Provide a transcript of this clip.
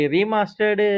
Remastered